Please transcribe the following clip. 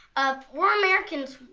ah we're americans!